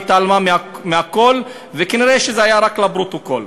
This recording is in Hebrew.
היא התעלמה מהכול, וכנראה זה היה רק לפרוטוקול.